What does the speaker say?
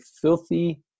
filthy